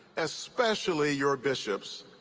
especially your bishops,